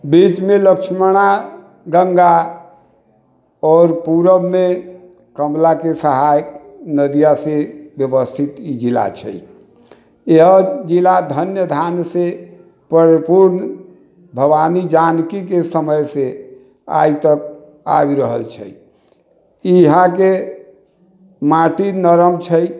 बीचमे लक्ष्मणा गङ्गा आओर पूरबमे कमलाके सहायक नदियासँ व्यवस्थित ई जिला छै यह जिला धन धान्यसँ परिपूर्ण भवानी जानकीके समयसँ आइ तक आबि रहल छै यहाँके माटि नरम छै